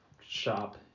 shop